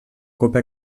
ocupa